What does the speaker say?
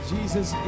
Jesus